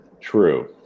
True